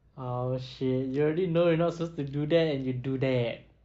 oh shit you already know you're not supposed to do that and you do that